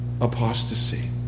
apostasy